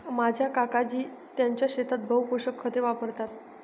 माझे काकाजी त्यांच्या शेतात बहु पोषक खते वापरतात